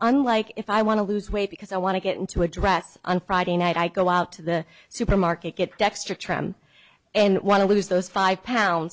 unlike if i want to lose weight because i want to get into a dress on friday night i go out to the supermarket get dextre tram and one of lose those five pounds